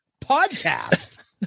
podcast